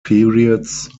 periods